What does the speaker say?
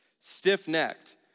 stiff-necked